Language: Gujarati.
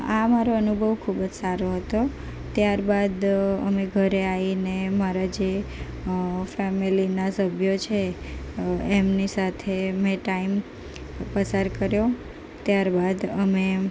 આ મારો અનુભવ ખૂબ જ સારો હતો ત્યારબાદ અમે ઘરે આવીને મારા જે ફેમલીના સભ્યો છે એમની સાથે મેં ટાઈમ પસાર કર્યો ત્યારબાદ અમે